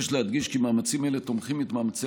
יש להדגיש כי מאמצים אלה תומכים במאמצי